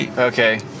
Okay